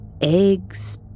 eggs